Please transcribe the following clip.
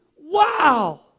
wow